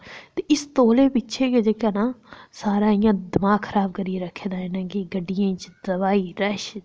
इस तौले पिच्छें गै जेह्का ना सारा इं'या दमाग खराब करियै रक्खे दा कि गड्डियें च इन्ना रश